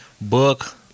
Book